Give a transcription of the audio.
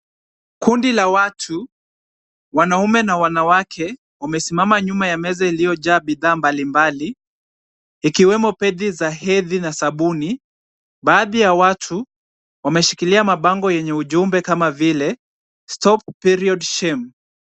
Kundi la watu, wanaume na wanawake wamesimama nyuma ya meza iliyojaa bidhaa mbalimbali, ikiwemo pedi za hedhi na sabuni. Baadhi ya watu wameshikilia mabango yenye ujumbe kama vile stop period shame .